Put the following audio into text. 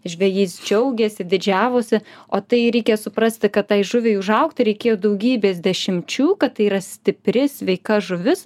žvejys džiaugėsi didžiavosi o tai reikia suprasti kad tai žuviai užaugti reikėjo daugybės dešimčių kad tai yra stipri sveika žuvis